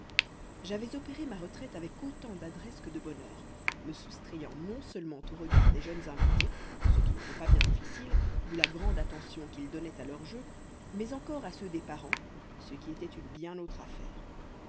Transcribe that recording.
j'avais opéré ma retraite avec autant d'adresse que de bonheur me soustrayant non seulement aux regards des jeunes invités ce qui n'était pas bien difficile vu la grande attention qu'ils donnaient à leurs jeux mais encore à ceux des parents ce qui était une bien autre affaire